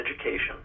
education